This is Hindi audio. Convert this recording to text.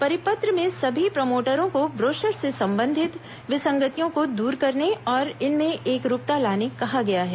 परिपत्र में सभी प्रमोटरों को ब्रोशर से संबंधित विसंगतियों को दूर करने और इनमें एकरूपता लाने कहा गया है